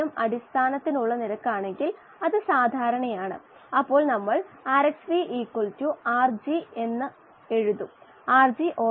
അളക്കപ്പെടുന്ന മാധ്യമത്തിലെ ഓക്സിജന്റെ ഗാഢതയാണിത് ഏത് സമയത്തും അളക്കാവുന്ന ഓക്സിജന്റെ അളവ് അതാണ് നമ്മുടെ DO